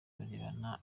barebana